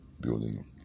building